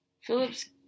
Phillips